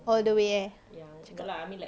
all the way eh cakap